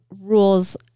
rules